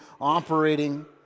operating